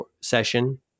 session